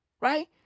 Right